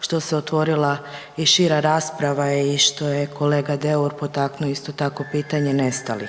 što se otvorila i šira rasprava i što je kolega Deur isto tako potegnuo pitanje nestalih.